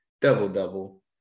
double-double